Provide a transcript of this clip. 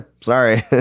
sorry